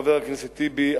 חבר הכנסת טיבי,